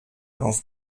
auf